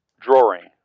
Drawing